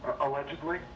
allegedly